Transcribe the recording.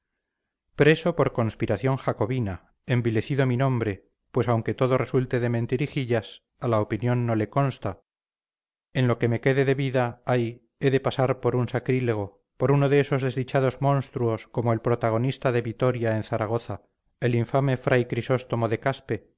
preso por conspiración jacobina envilecido mi nombre pues aunque todo resulte de mentirijillas a la opinión no le consta en lo que me queda de vida ay he de pasar por un sacrílego por uno de esos desdichados monstruos como el organista de vitoria en zaragoza el infame fr crisóstomo de caspe